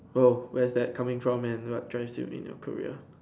bro where is that coming from man what joins you in your career